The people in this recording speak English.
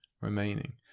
remaining